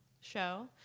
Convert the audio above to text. show